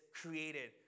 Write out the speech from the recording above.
created